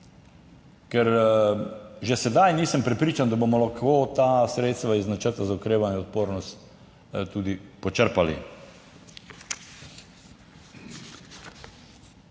ker že sedaj nisem prepričan, da bomo lahko ta sredstva iz načrta za okrevanje in odpornost tudi počrpali.